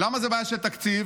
למה זו בעיה של תקציב?